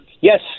Yes